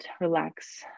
relax